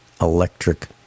electric